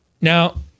Now